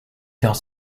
dans